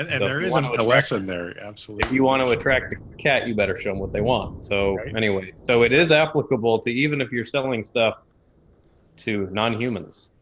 and and there isn't an alexa in there. absolutely. you want to attract a cat, you better show them what they want. so anyway, so it is applicable to even if you're selling stuff to non-humans.